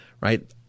right